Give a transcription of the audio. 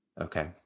Okay